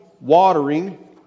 watering